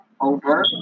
over